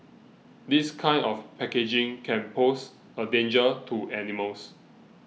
this kind of packaging can pose a danger to animals